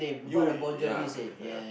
you ya ya